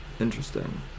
interesting